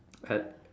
Pat~